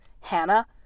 Hannah